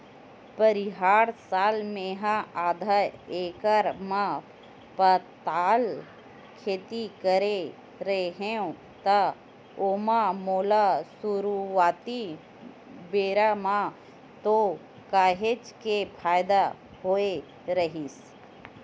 परिहार साल मेहा आधा एकड़ म पताल खेती करे रेहेव त ओमा मोला सुरुवाती बेरा म तो काहेच के फायदा होय रहिस